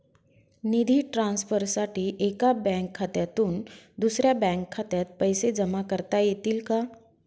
निधी ट्रान्सफरसाठी एका बँक खात्यातून दुसऱ्या बँक खात्यात पैसे जमा करता येतील का?